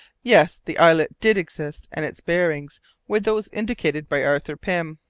yes! the islet did exist, and its bearings were those indicated by arthur pym.